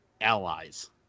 allies